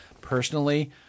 personally